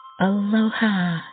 Aloha